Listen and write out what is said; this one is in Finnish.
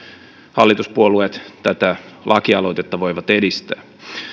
hallituspuolueet tätä lakialoitetta voivat edistää